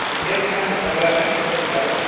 ᱤᱧ ᱴᱷᱮᱱ ᱢᱤᱫ ᱫᱚᱢ ᱫᱮᱠᱷᱟᱣ ᱞᱮᱜᱟᱜ ᱵᱮᱱ ᱤᱧᱟᱹᱜ ᱪᱮᱢᱵᱟᱨ ᱨᱮ ᱴᱷᱤᱠ ᱜᱮᱭᱟ